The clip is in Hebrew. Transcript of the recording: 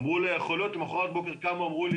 אמרו לי שלא יכול להיות אבל למוחרת בבוקר אמרו לי